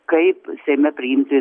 kaip seime priimti